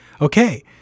Okay